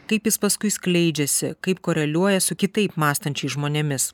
kaip jis paskui skleidžiasi kaip koreliuoja su kitaip mąstančiais žmonėmis